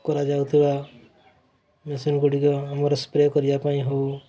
କରାଯାଉଥିବା ମେସିନ୍ ଗୁଡ଼ିକ ଆମର ସ୍ପ୍ରେ କରିବା ପାଇଁ ହଉ